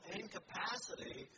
incapacity